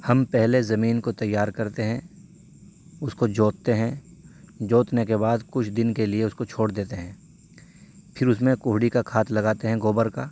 ہم پہلے زمین کو تیار کرتے ہیں اس کو جوتتے ہیں جوتنے کے بعد کچھ دن کے لیے اس کو چھوڑ دیتے ہیں پھر اس میں کوہڑی کا کھاد لگاتے ہیں گوبر کا